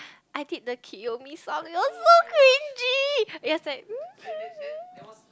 I did the kiyomi song it was so cringey it was like